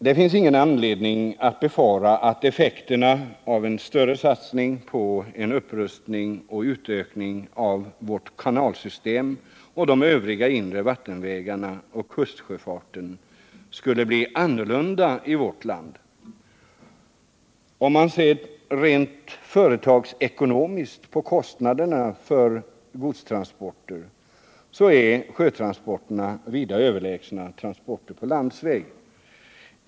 Det finns ingen anledning befara att effekterna av en större satsning på en upprustning och utökning av vårt kanalsystem och av de övriga inre vattenvägarna liksom på kustsjöfarten skulle bli annorlunda i vårt land. Om man ser rent företagsekonomiskt på kostnader för godstransporter, finner man att sjötransporterna är vida överlägsna transporter på järnväg.